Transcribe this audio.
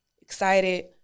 Excited